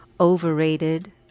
overrated